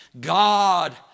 God